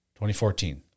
2014